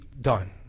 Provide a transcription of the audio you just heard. done